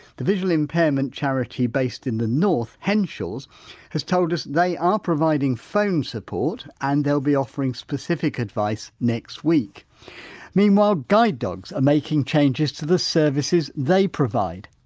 the visual impairment charity based in the north henshaws has told us they are providing phone support and they'll be offering specific advice next week meanwhile guide dogs are making changes to the services they provide.